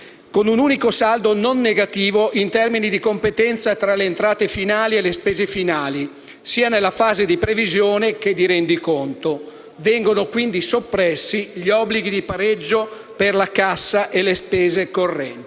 con un unico saldo non negativo in termini di competenza tra le entrate finali e le spese finali, sia nella fase di previsione che di rendiconto. Vengono quindi soppressi gli obblighi di pareggio per la cassa e le spese correnti.